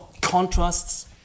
contrasts